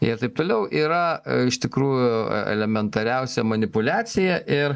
ir taip toliau yra iš tikrųjų elementariausia manipuliacija ir